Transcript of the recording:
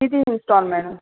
किती इनस्टॉलमें